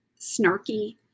snarky